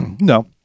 No